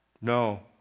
No